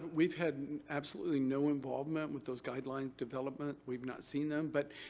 we've had absolutely no involvement with those guidelines development. we've not seen them, but,